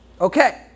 okay